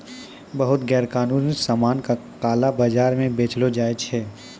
बहुते गैरकानूनी सामान का काला बाजार म बेचलो जाय छै